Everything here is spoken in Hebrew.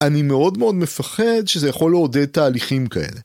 אני מאוד מאוד מפחד שזה יכול לעודד תהליכים כאלה.